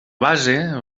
base